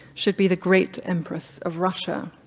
should be the great empress of russia.